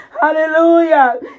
hallelujah